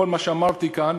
כל מה שאמרתי כאן,